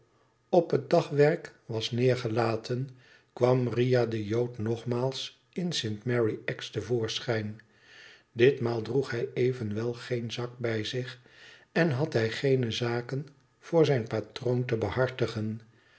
op het dagwerk was neergelaten kwam riah de jood nogmaals m saint mary axe te voorschijn ditmaal droeg hij evenwel geen zak bij zich en had hij geene zaken voor zijn patroon te behartigen